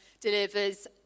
delivers